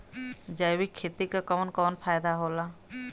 जैविक खेती क कवन कवन फायदा होला?